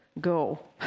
go